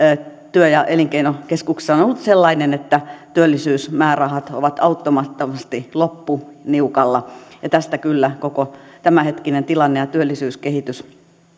työ ja elinkeinokeskuksissa sellainen että työllisyysmäärärahat ovat auttamattomasti lopussa niukalla ja tästä kyllä koko tämänhetkinen tilanne ja työllisyyskehitys